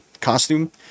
costume